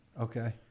Okay